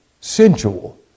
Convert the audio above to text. sensual